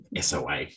SOA